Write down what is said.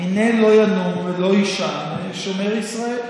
הינה לא ינום ולא יישן שומר ישראל.